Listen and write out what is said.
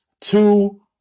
two